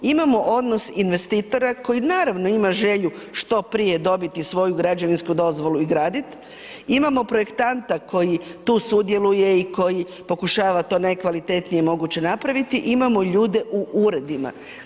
Imamo odnos investitora koji naravno ima želju što prije dobiti svoju građevinsku dozvolu i gradit, imamo projektanta koji tu sudjeluje i koji pokušava to najkvalitetnije moguće napraviti i imamo ljude u uredima.